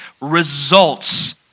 results